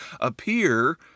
appear